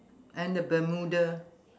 and the bermuda